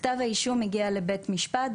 כתב האישום מגיע לבית משפט,